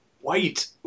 white